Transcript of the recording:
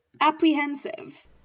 apprehensive